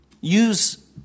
Use